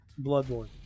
Bloodborne